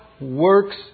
works